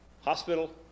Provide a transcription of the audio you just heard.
hospital